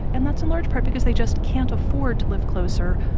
and that's in large part because they just can't afford to live closer,